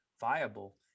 viable